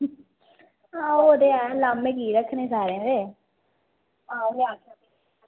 आं ओह् ते ऐ लाह्में की रक्खने सारें दे आं ते